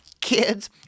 Kids